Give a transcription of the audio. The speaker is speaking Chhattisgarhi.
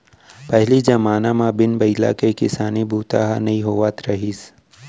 पहिली जमाना म बिन बइला के किसानी बूता ह नइ होवत रहिस